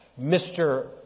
Mr